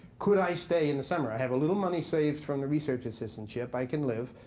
could i stay in the summer? i have a little money saved from the research assistantship. i can live.